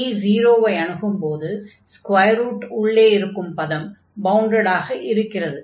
t 0 ஐ அணுகும் போது ஸ்கொயர் ரூட் உள்ளே இருக்கும் பதம் பவுண்டடாக இருக்கிறது